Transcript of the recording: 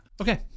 okay